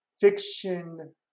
fiction